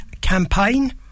campaign